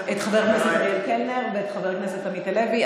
את חבר הכנסת אריאל קלנר ואת חבר הכנסת עמית הלוי.